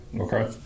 Okay